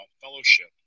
fellowship